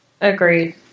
Agreed